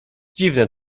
dziwne